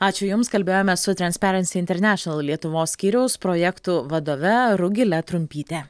ačiū jums kalbėjome su transperansi internašional lietuvos skyriaus projektų vadove rugile trumpyte